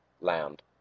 land